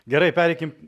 gerai pereikim